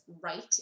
Right